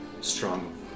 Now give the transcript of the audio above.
strong